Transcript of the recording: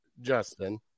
Justin